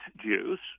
Jews